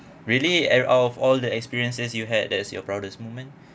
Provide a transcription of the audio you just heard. really every out of all the experiences you had that's your proudest moment